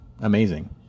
amazing